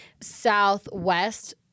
southwest